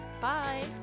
Bye